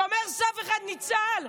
שומר סף אחד ניצל?